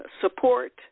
support